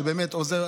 שעוזר.